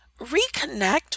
reconnect